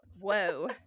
Whoa